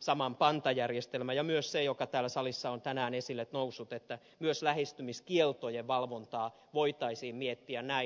saman pantajärjestelmän ja myös siinä mikä täällä salissa on tänään esille noussut että myös lähestymiskieltojen valvontaa voitaisiin miettiä näin